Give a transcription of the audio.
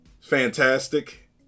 Fantastic